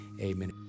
amen